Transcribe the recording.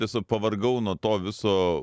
tiesiog pavargau nuo to viso